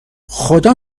خدا